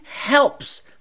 helps